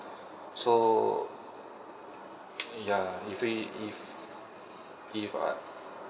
so ya if we if if I